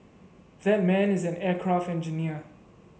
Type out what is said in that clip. that man is an aircraft engineer